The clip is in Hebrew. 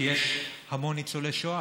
כי יש המון ניצולי שואה.